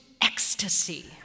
ecstasy